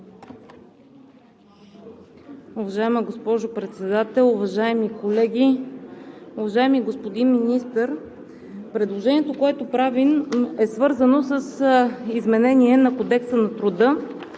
Уважаема госпожо Председател, уважаеми колеги! Уважаеми господин Министър, предложението, което правим, е свързано с изменение на Кодекса на труда